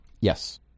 Yes